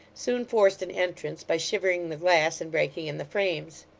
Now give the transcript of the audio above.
soon forced an entrance by shivering the glass and breaking in the frames.